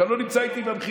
אתה לא נמצא איתי במכינות,